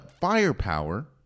firepower